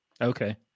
Okay